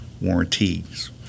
warranties